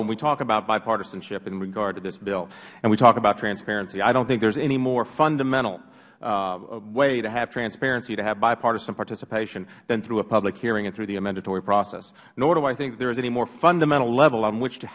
when we talk about bipartisanship in regard to this bill and we talk about transparency i dont think there is any more fundamental way to have transparency to have bipartisan participation than through a public hearing and through the amendatory process nor do i think there is any more fundamental level on which to